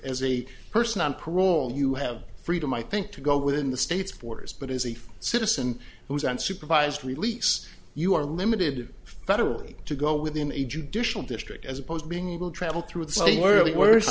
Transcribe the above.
as a person on parole you have freedom i think to go within the state's borders but as a citizen who's an supervised release you are limited federally to go within a judicial district as opposed to being able to travel through